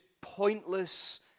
pointless